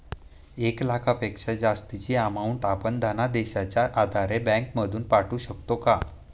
एक लाखापेक्षा जास्तची अमाउंट आपण धनादेशच्या आधारे बँक मधून पाठवू शकतो का?